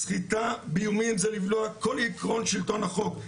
סחיטה באיומים זה לבלוע את כל יתרון שלטון החוק,